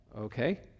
okay